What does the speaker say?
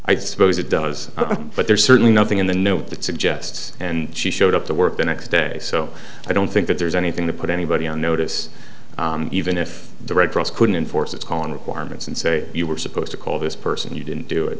i suppose it does but there's certainly nothing in the note that suggests and she showed up to work the next day so i don't think that there's anything to put anybody on notice even if the red cross couldn't enforce its own requirements and say you were supposed to call this person you didn't do it